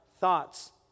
thoughts